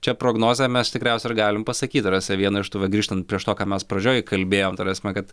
čia prognozę mes tikriausiai ir galim pasakyt ta prasme vieną iš tų va grįžtant prieš to ką mes pradžioj kalbėjom ta prasme kad